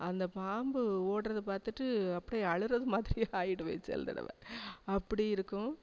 அந்த பாம்பு ஓட்றதை பார்த்துட்டு அப்படியே அழுறது மாதிரி ஆயிடுவேன் சில தடவை அப்படி இருக்கும்